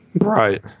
Right